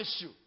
issue